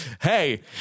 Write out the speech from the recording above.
Hey